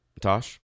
Tosh